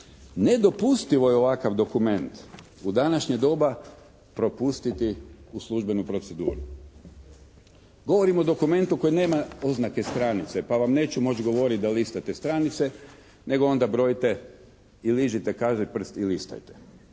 Nedopustivo je ovakav dokument u današnje doba propustiti u službenu proceduru. Govorim o dokumentu koji nema oznake stranice pa vam neću moći govoriti da listate stranice, nego onda brojite i ližite kažiprst i listajte.